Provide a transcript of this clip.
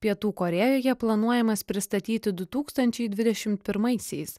pietų korėjoje planuojamas pristatyti du tūkstančiai dvidešim pirmaisiais